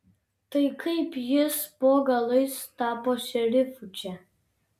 tai kaip jis po galais tapo šerifu čia